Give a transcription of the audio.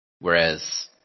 whereas